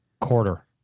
quarter